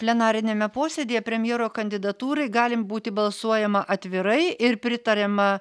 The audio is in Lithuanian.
plenariniame posėdyje premjero kandidatūrai galim būti balsuojama atvirai ir pritariama